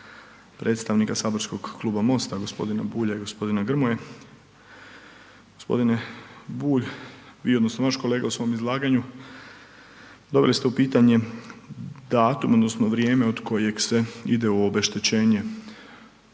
predstavnika saborskog Kluba MOST-a g. Bulja i g. Grmoje. g. Bulj, vi odnosno vaš kolega u svom izlaganju doveli ste u pitanje datum odnosno vrijeme od kojeg se ide u obeštećenje